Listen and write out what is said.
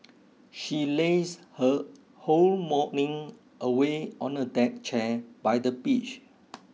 she lazed her whole morning away on a deck chair by the beach